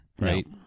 right